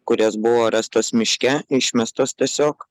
kurios buvo rastos miške išmestos tiesiog